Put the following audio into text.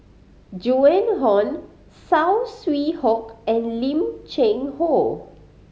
Joan Hon Saw Swee Hock and Lim Cheng Hoe